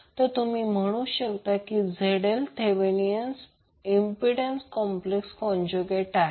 तर तुम्ही सहज म्हणू शकता ZL थेवेनीण प्रति बाधाचा कॉप्लेक्स कोन्जूगेट आहे